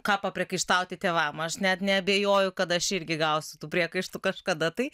ką papriekaištauti tėvam aš net neabejoju kad aš irgi gausiu tų priekaištų kažkada tai